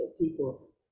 people